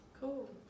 Cool